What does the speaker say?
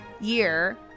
year